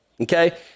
Okay